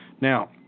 Now